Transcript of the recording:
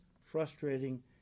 frustrating